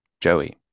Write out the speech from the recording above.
joey